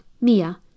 Mia